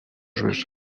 jouaient